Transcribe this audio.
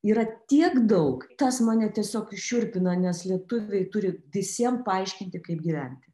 yra tiek daug tas mane tiesiog šiurpina nes lietuviai turi visiem paaiškinti kaip gyventi